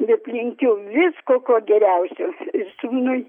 bet linkiu visko ko geriausio sūnui